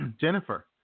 Jennifer